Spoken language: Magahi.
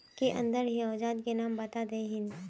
के अंदर ही औजार के नाम बता देतहिन?